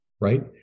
right